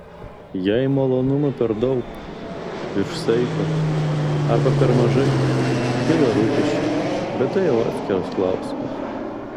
jei malonumų per daug virš saiko arba per mažai kyla rūpesčių bet tai jau atskiras klausimas